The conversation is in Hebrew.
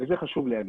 וזה חשוב להגיד,